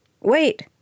Wait